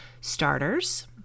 starters